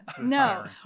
no